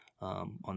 On